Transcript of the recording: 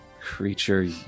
Creature